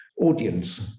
audience